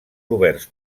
oberts